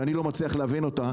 שאני לא מצליח להבין אותה,